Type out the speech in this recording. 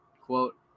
Quote